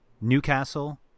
Newcastle